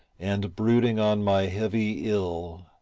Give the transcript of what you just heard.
and brooding on my heavy ill,